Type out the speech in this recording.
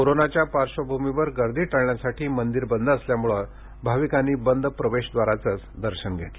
कोरोनाच्या पार्श्वभूमीवर गर्दी टाळण्यासाठी मंदिर बंद असल्यामुळे भाविकांनी बंद प्रवेशद्वाराचंच दर्शन घेतलं